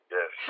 Yes